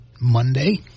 Monday